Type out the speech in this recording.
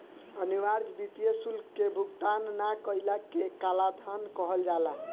अनिवार्य वित्तीय शुल्क के भुगतान ना कईला के कालाधान कहल जाला